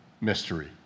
mystery